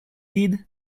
did